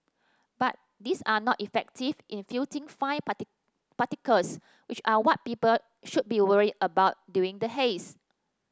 but these are not effective in filtering fine particles which are what people should be worried about during the haze